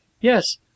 Yes